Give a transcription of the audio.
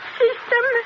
system